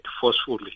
forcefully